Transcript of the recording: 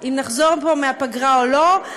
אם נחזור פה מהפגרה או לא,